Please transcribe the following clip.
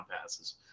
passes